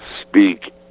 speak